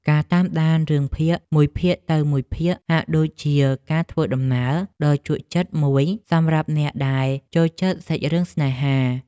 ការតាមដានរឿងភាគពីមួយភាគទៅមួយភាគហាក់ដូចជាការធ្វើដំណើរដ៏ជក់ចិត្តមួយសម្រាប់អ្នកដែលចូលចិត្តសាច់រឿងស្នេហា។